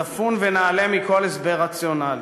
צפון ונעלה מכל הסבר רציונלי.